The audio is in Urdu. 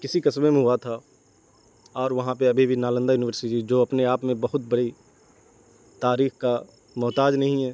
کسی قصبے میں ہوا تھا اور وہاں پہ ابھی بھی نالندہ یونیورسٹی جو اپنے آپ میں بہت بڑی تاریخ کا محتاج نہیں ہے